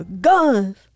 Guns